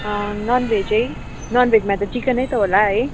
non भेज है नन भेजमा त चिकनै त होला है